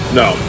no